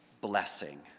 blessing